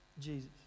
Jesus